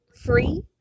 free